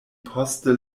poste